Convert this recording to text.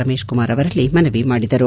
ರಮೇಶ್ ಕುಮಾರ್ ಅವರಲ್ಲಿ ಮನವಿ ಮಾಡಿದರು